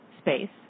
space